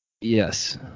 yes